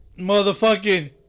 Motherfucking